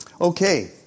Okay